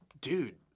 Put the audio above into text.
Dude